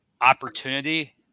opportunity